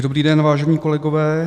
Dobrý den, vážení kolegové.